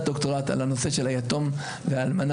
דוקטורט על הנושא של היתום והאלמנה,